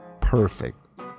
perfect